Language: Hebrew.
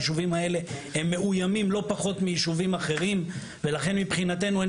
היישובים האלה הם מאוימים לא פחות מיישובים אחרים ולכן מבחינתנו אין